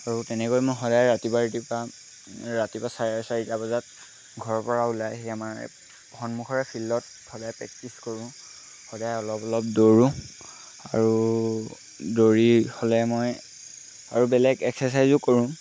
আৰু তেনেকৈ মই সদায় ৰাতিপুৱা ৰাতিপুৱা ৰাতিপুৱা চাৰে চাৰিটা বজাত ঘৰৰপৰা ওলাই আহি আমাৰ সন্মুখৰে ফিল্ডত সদায় প্ৰেক্টিচ কৰোঁ সদায় অলপ অলপ দৌৰোঁ আৰু দৌৰি হ'লে মই আৰু বেলেগ এক্সাৰচাইজো কৰোঁ